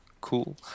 cool